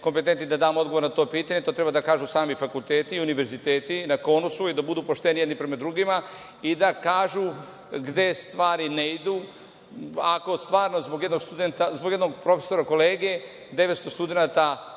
kompetentni da damo odgovor na to pitanje, to treba da kažu sami fakulteti i univerziteti na KONUS-u i da budu pošteni jedni prema drugima i da kažu gde stvari ne idu. Ako stvarno zbog jednog profesora, kolege, 900 studenata